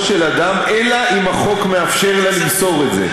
של אדם אלא אם החוק מאפשר לה למסור את זה.